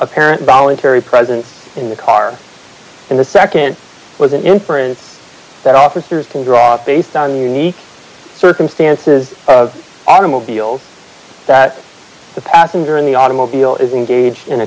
apparent voluntary presence in the car and the nd was an inference that officers can drop based on the unique circumstances of automobiles that the passenger in the automobile is engaged in a